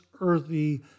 earthy